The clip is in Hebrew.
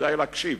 כדאי להקשיב,